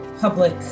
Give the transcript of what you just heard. public